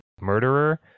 murderer